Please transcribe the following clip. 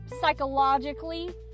psychologically